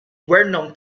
vernon